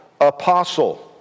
apostle